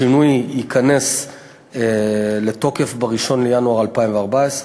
השינוי ייכנס לתוקף ב-1 בינואר 2014,